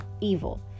evil